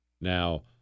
Now